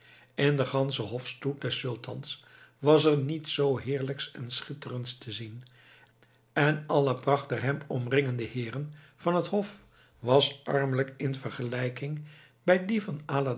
in den ganschen hofstoet des sultans was er niets zoo heerlijks en schitterends te zien en alle pracht der hem omringende heeren van het hof was armelijk in vergelijking bij die van